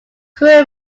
crew